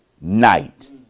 night